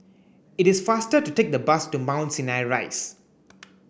it is faster to take the bus to Mount Sinai Rise